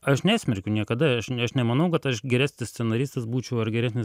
aš nesmerkiu niekada aš ne aš nemanau kad aš geresnis scenaristas būčiau ar geresnis